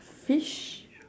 fish